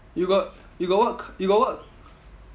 you got you got what c~ you got what